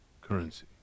currency